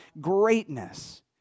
greatness